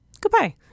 goodbye